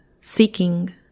seeking